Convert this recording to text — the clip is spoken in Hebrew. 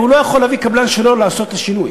הוא לא יכול להביא קבלן שלו לעשות את השינוי.